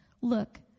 look